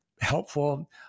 helpful